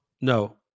No